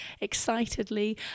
excitedly